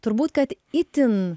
turbūt kad itin